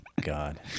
God